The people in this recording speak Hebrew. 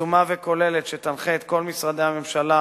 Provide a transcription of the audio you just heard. יזומה וכוללת, שתנחה את כל משרדי הממשלה,